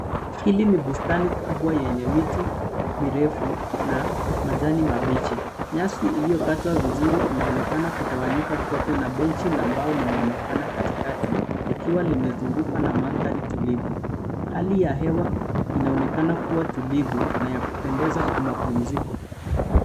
Hili ni bustani kubwa yenye miti mirefu na majani mabichi. Nyasi iliyokatwa vizuri inaonekana kutawanyika kote na benchi la mbao limeonekana katikati, likiwa limezungukwa na mandhari tulivu. Hali ya hewa inaonekana kuwa tulivu na ya kupendeza kwa mapumziko.